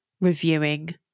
reviewing